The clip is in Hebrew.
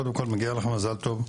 קודם כל מגיע לך מזל טוב.